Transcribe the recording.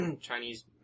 Chinese